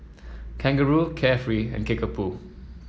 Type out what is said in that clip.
Kangaroo Carefree and Kickapoo